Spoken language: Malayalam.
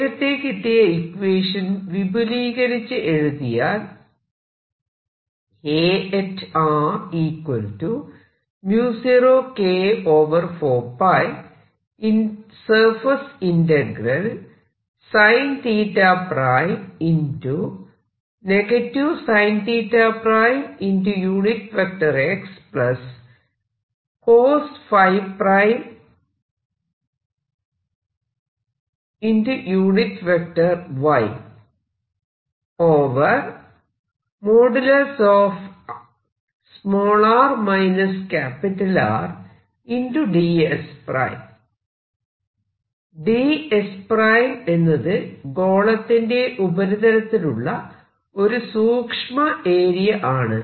നേരത്തെ കിട്ടിയ ഇക്വേഷൻ വിപുലീകരിച്ച് എഴുതിയാൽ ds എന്നത് ഗോളത്തിന്റെ ഉപരിതലത്തിലുള്ള ഒരു സൂക്ഷ്മ ഏരിയ ആണ്